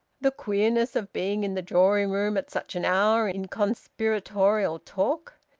the queerness of being in the drawing-room at such an hour in conspiratorial talk,